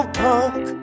punk